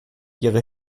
ihre